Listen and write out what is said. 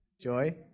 Joy